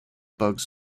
bugs